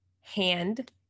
hand